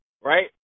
right